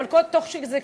כל זה,